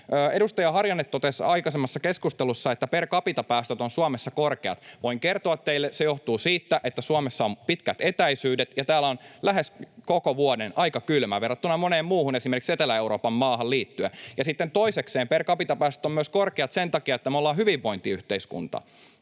Edustaja Harjanne totesi aikaisemmassa keskustelussa, että per capita ‑päästöt ovat Suomessa korkeat. Voin kertoa teille, että se johtuu siitä, että Suomessa on pitkät etäisyydet ja täällä on lähes koko vuoden aika kylmä verrattuna moneen muuhun, esimerkiksi Etelä-Euroopan, maahan. Sitten toisekseen per capita ‑päästöt ovat korkeat myös sen takia, että me ollaan hyvinvointiyhteiskunta.